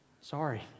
sorry